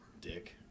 Dick